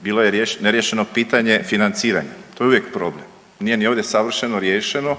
Bilo je neriješeno pitanje financiranja to je uvijek problem. Nije ni ovdje savršeno riješeno